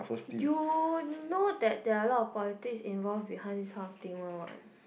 you know that there are a lot of politics involved behind this kind of things one what